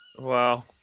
wow